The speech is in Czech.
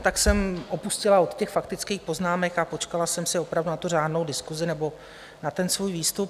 Tak jsem upustila od těch faktických poznámek a počkala jsem si opravdu na řádnou diskusi nebo na svůj výstup.